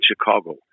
Chicago